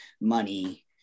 money